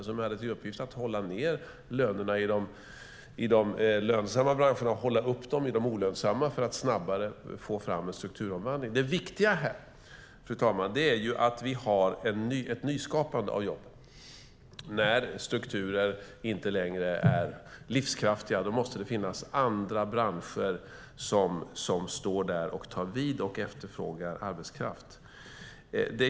Den hade till uppgift att hålla ned lönerna i de lönsamma branscherna och få upp dem i de olönsamma för att snabbare få fram en strukturomvandling. Det viktiga här är att vi har ett nyskapande av jobb. När strukturer inte längre är livskraftiga måste det finnas andra branscher som står där och tar vid och efterfrågar arbetskraft.